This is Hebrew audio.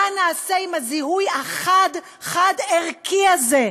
מה נעשה עם הזיהוי החד-חד-ערכי הזה?